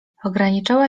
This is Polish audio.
ograniczała